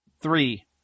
Three